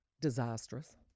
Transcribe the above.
Disastrous